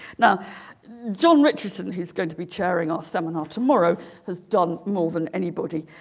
now john richardson he's going to be chairing our seminar tomorrow has done more than anybody